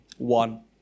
One